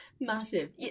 Massive